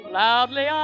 loudly